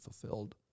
fulfilled